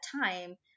time